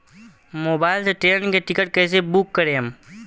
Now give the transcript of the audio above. Mobile से train के ticket कैसे बूक करेम?